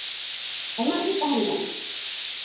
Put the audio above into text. ᱟᱭᱢᱟᱜᱮ ᱛᱟᱦᱮᱱ ᱠᱟᱱᱟ